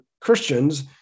christians